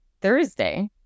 Thursday